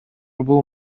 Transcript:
бул